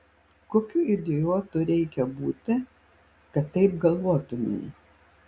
kokiu idiotu reikia būti kad taip galvotumei